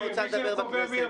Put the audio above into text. אם היא רוצה לדבר בכנסת,